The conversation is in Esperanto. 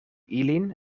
ilin